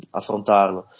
affrontarlo